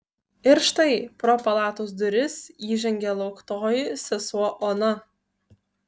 ir štai pro palatos duris įžengė lauktoji sesuo ona